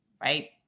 right